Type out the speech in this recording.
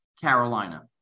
Carolina